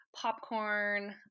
popcorn